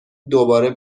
دوباره